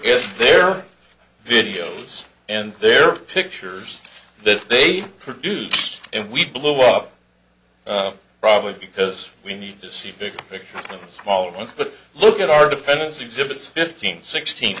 at their videos and their pictures that they produce and we blew up probably because we need to see big picture smaller ones but look at our defense exhibits fifteen sixteen